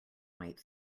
might